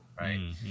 right